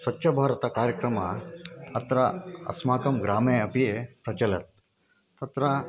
स्वच्छभारतकार्यक्रमः अत्र अस्माकं ग्रामे अपि प्राचलत् तत्र